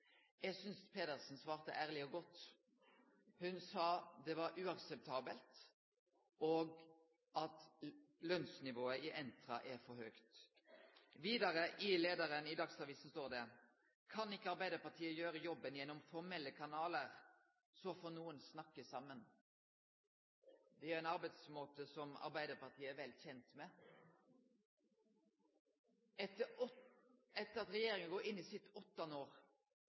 Eg synest Pedersen svarte ærleg og godt. Ho sa det var uakseptabelt, og at lønnsnivået i Entra er for høgt. Vidare i leiaren i Dagsavisen står det: «Kan ikke Arbeiderpartiet gjøre jobben gjennom formelle kanaler, så får noen snakke sammen». Det er ein arbeidsmåte som Arbeidarpartiet er vel kjent med. Etter at regjeringa går inn i sitt åttande år